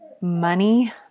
money